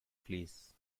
fleas